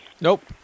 Nope